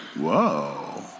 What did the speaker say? Whoa